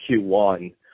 Q1